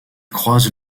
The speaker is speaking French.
croise